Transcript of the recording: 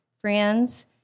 friends